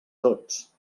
tots